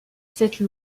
cette